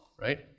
right